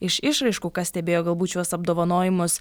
iš išraiškų kas stebėjo galbūt šiuos apdovanojimus